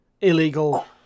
illegal